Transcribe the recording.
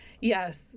Yes